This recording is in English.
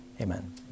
amen